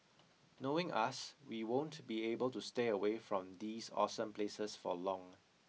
knowing us we won't be able to stay away from these awesome places for long